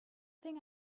thing